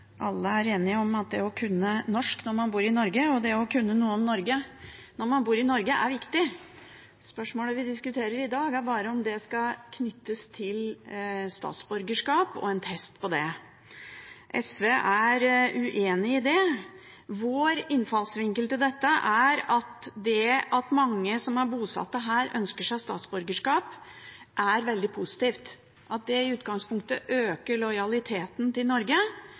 enige om at det å kunne norsk når man bor i Norge, og det å kunne noe om Norge når man bor i Norge, er viktig. Spørsmålet vi diskuterer i dag, er om det skal knyttes til statsborgerskap og en test. SV er uenig i det. Vår innfallsvinkel til dette er at det at mange som er bosatt her, ønsker seg statsborgerskap, er veldig positivt, at det i utgangspunktet øker lojaliteten til Norge,